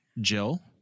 Jill